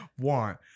want